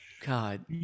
God